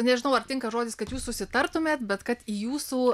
nežinau ar tinka žodis kad jūs susitartumėt bet kad jūsų